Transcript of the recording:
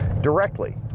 directly